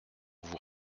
vous